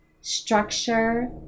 structure